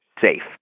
safe